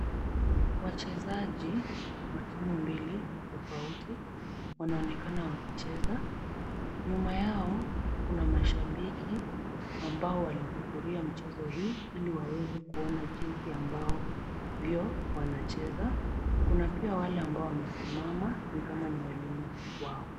Wachezaji wa timu mbili tofauti, wanaonekana wakicheza. Nyuma yao kuna mashabiki, ambao walihudhuria mchezo hii, ili waweze kuona jinsi ambao, vyo, wanacheza. Kuna pia wale ambao wamesimama, ni kama ni walimu wao.